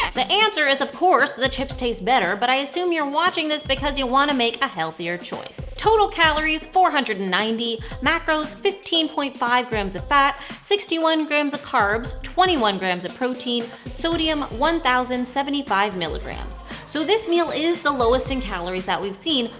the answer is, of course, the chips taste better, but i assume you're watching this because you want to make a healthier choice. total calories four hundred and ninety macros fifteen point five grams of fat, sixty one grams of carbs, twenty one grams of protein. sodium one thousand and seventy five milligrams so this meal is the lowest in calories that we've seen,